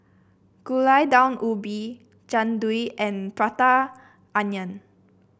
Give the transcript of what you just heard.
Gulai Daun Ubi Jian Dui and Prata Onion